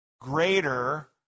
greater